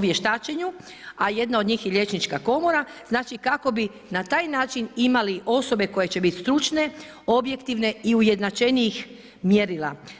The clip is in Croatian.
vještačenju, a jedna od njih i Liječnička komora, znači kako bi na taj način imali osobe koje će biti stručne, objektivne i ujednačenijih mjerila.